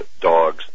dogs